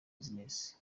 business